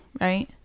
right